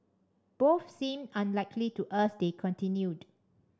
both seem unlikely to us they continued